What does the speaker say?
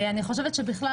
אני חושבת שבכלל,